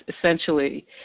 essentially